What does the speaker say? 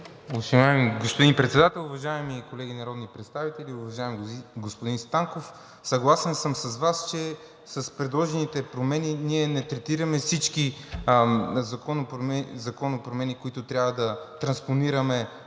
господин Председател, уважаеми колеги народни представители! Уважаеми господин Станков, съгласен съм с Вас, че с предложените промени ние не третираме всички законови промени, които трябва да транспонираме